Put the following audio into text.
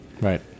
Right